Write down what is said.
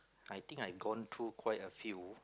I think I gone through quite a few